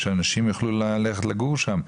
שאנשים יוכלו ללכת לגור שם,